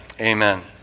Amen